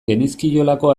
genizkiolako